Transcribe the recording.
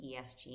ESG